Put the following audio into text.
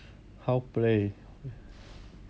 how play